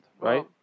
right